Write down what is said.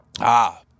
Ah